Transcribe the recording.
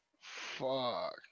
Fuck